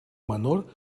menor